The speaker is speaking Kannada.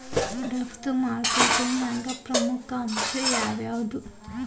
ರಫ್ತು ಮಾರ್ಕೆಟಿಂಗ್ನ್ಯಾಗ ಪ್ರಮುಖ ಅಂಶ ಯಾವ್ಯಾವ್ದು?